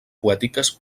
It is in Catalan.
poètiques